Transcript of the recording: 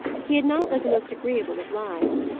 he had not led the most agreeable of lives.